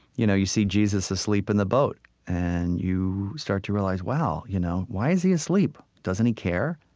you know you see jesus asleep in the boat. and you start to realize, wow, you know why is he asleep? doesn't he care?